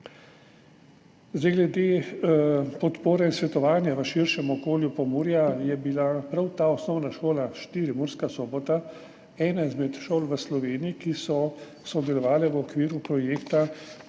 Glede podpore in svetovanja v širšem okolju Pomurja, je bila prav ta Osnovna šola IV Murska Sobota ena izmed šol v Sloveniji, ki so sodelovale v okviru tako